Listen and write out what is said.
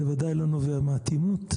זה ודאי לא נובע מאטימות,